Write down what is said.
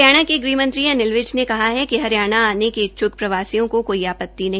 हरियाणा के गृह मंत्री अनिल विज ने कहा है कि हरियाणा आने के इच्छुक प्रवासियों को कोई आपत्ति नहीं